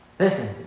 Listen